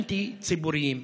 ואנטי-ציבוריים.